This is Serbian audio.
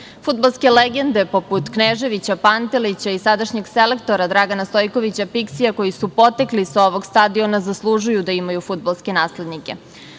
stazu. Fudbalske legende, poput Kneževića, Pantelića i sadašnjeg selektora Dragana Stojkovića Piksija, koji su potekli sa ovog stadiona, zaslužuju da imaju fudbalske naslednike.S